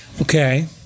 Okay